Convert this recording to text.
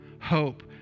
Hope